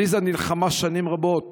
עליזה נלחמה שנים רבות